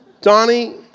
Donnie